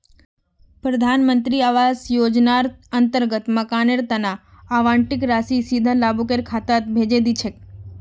प्रधान मंत्री आवास योजनार अंतर्गत मकानेर तना आवंटित राशि सीधा लाभुकेर खातात भेजे दी छेक